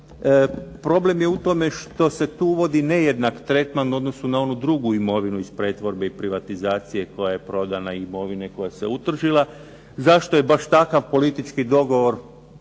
Problem je u tome što se tu uvodi nejednak tretman u odnosu na onu drugu imovinu iz pretvorbe i privatizacije koja je prodana i imovine koja se utržila. Zašto je baš takav politički dogovor